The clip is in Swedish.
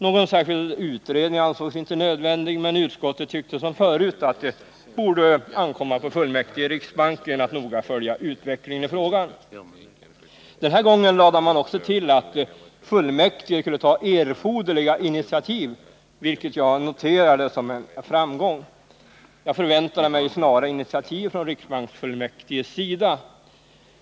Någon särskild utredning ansågs inte nödvändig, men utskottet tyckte som förut att det borde ankomma på fullmäktige i riksbanken att noga följa utvecklingen i frågan. Den här gången lade man också till att fullmäktige skulle ta erforderliga initiativ, vilket jag noterade som en framgång. Jag förväntade mig snara initiativ från riksbanksfullmäktiges sida.